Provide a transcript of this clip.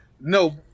No